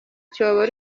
cyobo